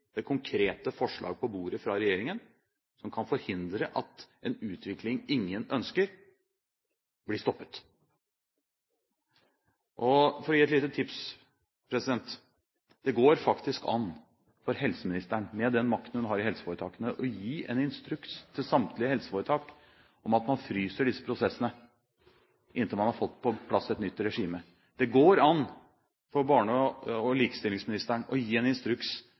det konkrete forslag på bordet fra regjeringen som kan forhindre en utvikling ingen ønsker. For å gi et lite tips: Det går faktisk an for helseministeren, med den makten hun har i helseforetakene, å gi en instruks til samtlige helseforetak om at man fryser disse prosessene inntil man har fått på plass et nytt regime. Det går an for barne- og likestillingsministeren å gi en instruks